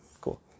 Cool